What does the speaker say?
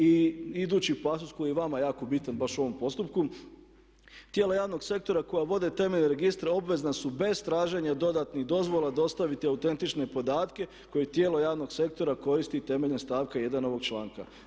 I idući pasos koji je vama jako bitan baš u ovom postupku, tijela javnog sektora koja vode temeljne registre obvezna su bez traženja dodatnih dozvola dostaviti autentične podatke koji tijelo javnog sektora koristi temeljem stavka 1. ovog članka.